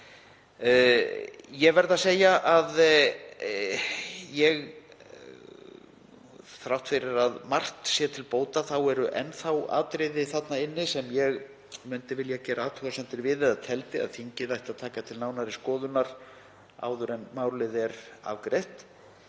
Ég verð að segja að þrátt fyrir að margt sé til bóta eru enn atriði þarna inni sem ég myndi vilja gera athugasemdir við eða teldi að þingið ætti að taka til nánari skoðunar áður en málið er afgreitt.